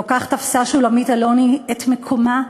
לא כך תפסה שולמית אלוני את מקומה,